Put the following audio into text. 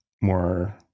more